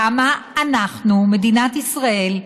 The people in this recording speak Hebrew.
למה אנחנו, מדינת ישראל,